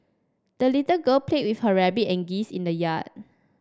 the little girl played with her rabbit and geese in the yard